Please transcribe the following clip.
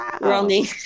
running